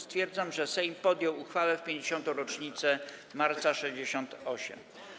Stwierdzam, że Sejm podjął uchwałę w 50. rocznicę Marca ’68.